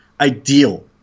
ideal